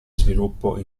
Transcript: sviluppo